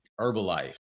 Herbalife